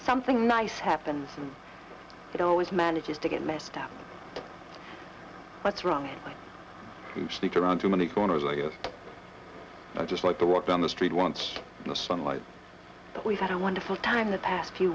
something nice happens and it always manages to get messed up what's wrong to speak around too many corners i guess i just like to walk down the street once in the sunlight but we've had a wonderful time the past few